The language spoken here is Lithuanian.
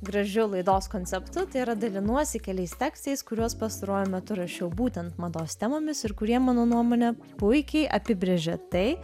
gražiu laidos konceptu tai yra dalinuosi keliais tekstais kuriuos pastaruoju metu rašiau būtent mados temomis ir kurie mano nuomone puikiai apibrėžia tai